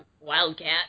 wildcat